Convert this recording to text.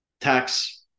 tax